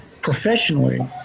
professionally